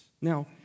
Now